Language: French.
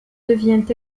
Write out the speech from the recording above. deviennent